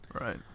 Right